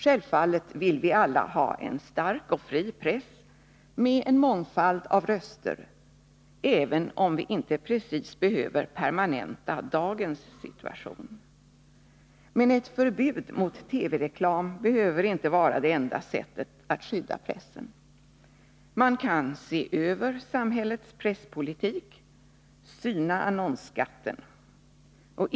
Självfallet vill vi alla ha en stark och fri press med en mångfald av röster, även om vi inte precis behöver permanenta dagens situation. Men ett förbud mot TV-reklam behöver inte vara det enda sättet att skydda pressen. Man kan se över samhällets presspolitik, syna annonsskatten.